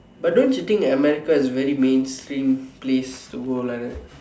but don't you think that America is very mainstream place to go like that